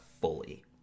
fully